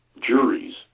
juries